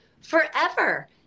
forever